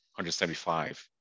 175